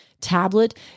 tablet